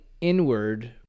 inward